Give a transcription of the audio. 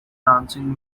dancing